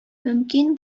мөмкин